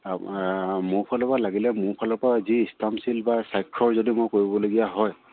মোৰ ফালৰ পৰা লাগিলে মোৰ ফালৰ পৰা যি ষ্টেম্প ছিল বা স্বাক্ষৰ যদি মই কৰিবলগীয়া হয়